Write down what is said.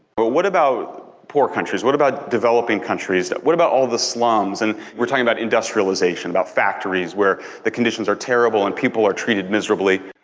but what about poor countries? what about developing countries? what about all the slums? and we're talking about industrialization, about factories, where the conditions are terrible and people are treated miserably.